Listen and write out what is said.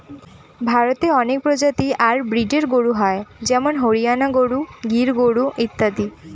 ভারতে অনেক প্রজাতি আর ব্রিডের গরু হয় যেমন হরিয়ানা গরু, গির গরু ইত্যাদি